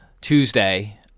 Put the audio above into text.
Tuesday